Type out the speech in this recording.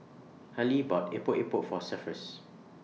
Hallie bought Epok Epok For Cephus